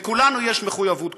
לכולנו יש מחויבות כלפיהם.